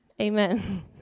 Amen